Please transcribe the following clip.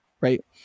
Right